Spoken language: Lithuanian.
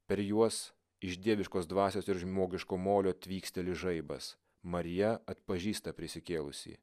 per juos iš dieviškos dvasios ir žmogiško molio tvyksteli žaibas marija atpažįsta prisikėlusįjį